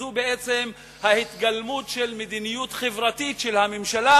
זו בעצם ההתגלמות של מדיניות חברתית של הממשלה